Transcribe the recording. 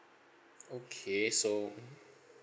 okay so mmhmm